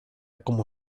como